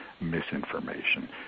misinformation